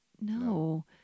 No